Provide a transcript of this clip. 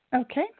Okay